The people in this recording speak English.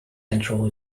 control